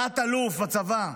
תת-אלוף בצבא.